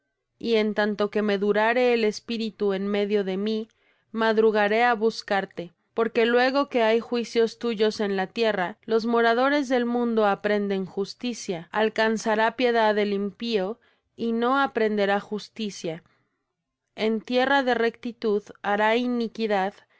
y en tanto que me durare el espíritu en medio de mí madrugaré á buscarte porque luego que hay juicios tuyos en la tierra los moradores del mundo aprenden justicia alcanzará piedad el impío y no aprenderá justicia en tierra de rectitud hará iniquidad y